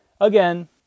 Again